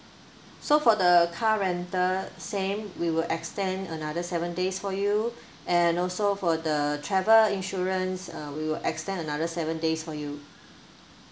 so for the car rental same we will extend another seven days for you and also for the travel insurance uh we will extend another seven days for you